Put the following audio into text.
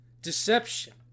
Deception